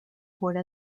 fuera